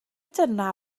dyna